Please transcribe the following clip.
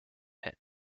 hit